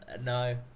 no